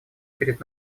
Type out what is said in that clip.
перед